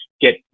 get